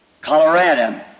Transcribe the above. Colorado